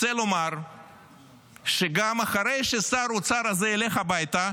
רוצה לומר שגם אחרי ששר האוצר הזה ילך הביתה,